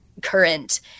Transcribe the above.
current